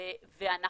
ואנחנו